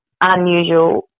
unusual